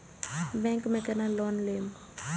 Bank में केना loan लेम?